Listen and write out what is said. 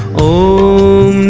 oh!